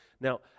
Now